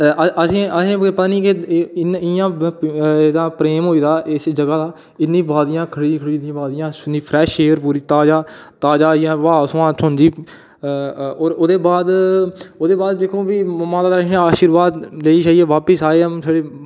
असेंगी पता नीं केह् इन्ना प्रेम होई गेदा इस जगह् दा इन्नी बाधिया खिड़ी खिड़ी दियां बाधियां फ्रैश एयर पूरी ताजा ताजा होइया ब्हाऽ छहाऽ थ्होंदी होर उ'दे बाद दिक्खो जी मां दा आर्शिवाद लेई शेइयै बापस आएआं